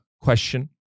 question